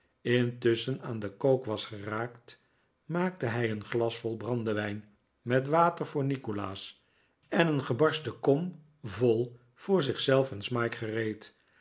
intusschen aan den kook was geraakt maakte hij een glas vol brandewijn met water voor nikolaas en een gebarsten kom vol voor zich zelf en smike gereed